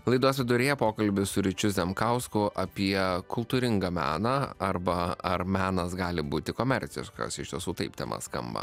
laidos viduryje pokalbis su ryčiu zemkausku apie kultūringą meną arba ar menas gali būti komerciškas iš tiesų taip tema skamba